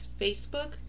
Facebook